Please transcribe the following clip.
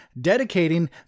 dedicating